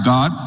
God